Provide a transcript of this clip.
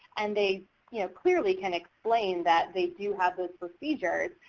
and they you know clearly can explain that they do have those procedures.